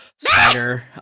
spider